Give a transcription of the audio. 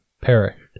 perished